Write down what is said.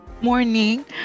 Morning